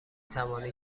توانی